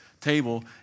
table